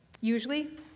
usually